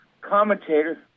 commentator